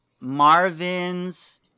marvin's